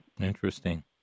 Interesting